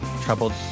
troubled